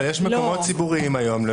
אבל יש מקומות ציבוריים היום,